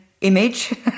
image